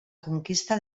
conquista